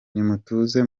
nimutuze